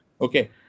Okay